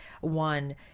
One